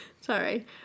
Sorry